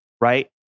right